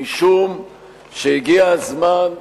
משום שהגיע הזמן,